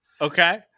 Okay